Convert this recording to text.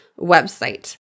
website